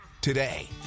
today